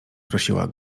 prosiła